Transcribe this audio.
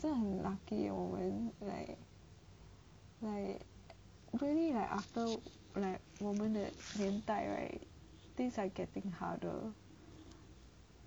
真的很 lucky 我们 like really like after like 我们的年代 right things are getting harder